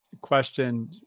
question